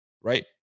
right